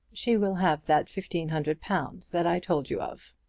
she will have that fifteen hundred pounds that i told you of.